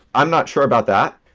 i'm not sure about that.